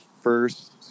first